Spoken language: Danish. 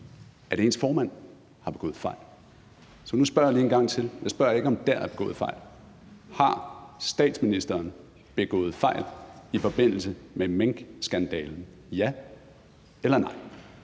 at deres formand har begået fejl. Så nu spørger jeg lige en gang til, og jeg spørger ikke, om der er begået fejl: Har statsministeren begået fejl i forbindelse med minkskandalen – ja eller nej?